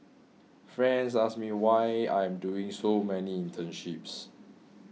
friends ask me why I am doing so many internships